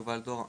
שמי יובל דור,